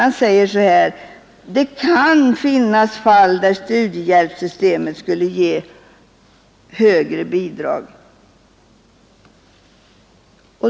Man säger att det ”kan finnas fall där studiehjälpssystemet skulle ge studerande högre bidrag”.